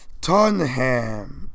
Tottenham